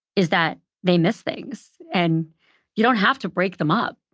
is that they miss things. and you don't have to break them up.